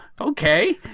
okay